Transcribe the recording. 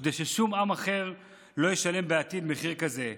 וכדי ששום עם אחר לא ישלם בעתיד מחיר כזה.